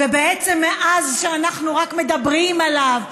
בעצם מאז שאנחנו רק מדברים עליו,